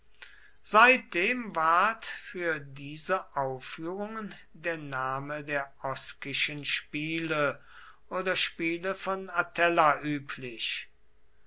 seitdem ward für diese aufführungen der name der oskischen spiele oder spiele von atella üblich